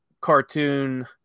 cartoon